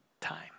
time